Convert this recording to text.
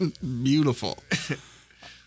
Beautiful